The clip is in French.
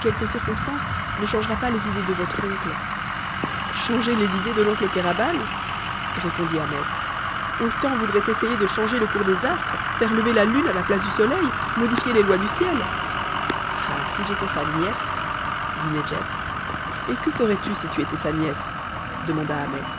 circonstance ne changera pas les idées de votre oncle changer les idées de l'oncle kéraban répondit ahmet autant vaudrait essayer de changer le cours des astres faire lever la lune à la place du soleil modifier les lois du ciel ah si j'étais sa nièce dit nedjeb et que ferais-tu si tu étais sa nièce demanda ahmet